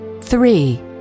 Three